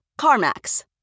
CarMax